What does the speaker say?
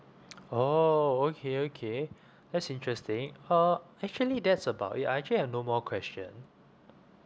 oh okay okay that's interesting uh actually that's about it I actually have no more question